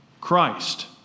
Christ